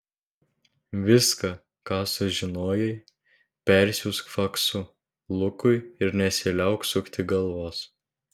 viską ką sužinojai persiųsk faksu lukui ir nesiliauk sukti galvos